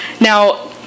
Now